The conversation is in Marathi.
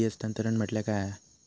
निधी हस्तांतरण म्हटल्या काय?